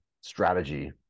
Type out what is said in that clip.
strategy